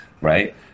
right